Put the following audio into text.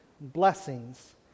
blessings